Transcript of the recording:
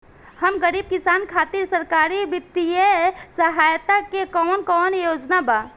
हम गरीब किसान खातिर सरकारी बितिय सहायता के कवन कवन योजना बा?